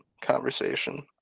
conversation